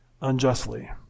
unjustly